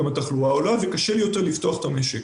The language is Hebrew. גם התחלואה עולה וקשה יותר לפתוח את המשק.